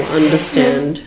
understand